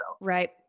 right